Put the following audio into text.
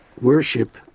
worship